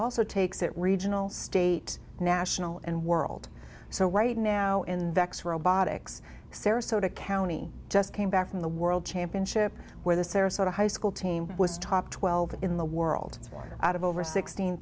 also takes it regional state national and world so right now in the next robotics sarasota county just came back from the world championship where the sarasota high school team was top twelve in the world four out of over sixteen